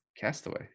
Castaway